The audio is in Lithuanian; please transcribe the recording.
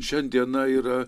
šiandieną yra